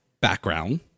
background